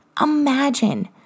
Imagine